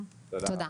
תודה.